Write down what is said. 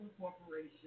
Corporation